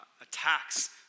attacks